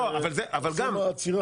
לא, כי בבחירות יעצרו גם את זה.